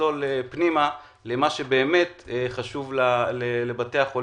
נצלול פנימה למה שבאמת חשוב לבתי החולים